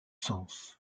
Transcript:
sens